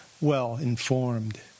well-informed